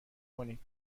کنید